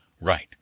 Right